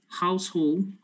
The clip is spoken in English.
household